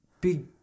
big